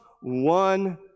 one